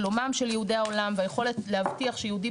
שלומם של יהודי העולם והיכולת להבטיח שיהודי,